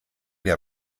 der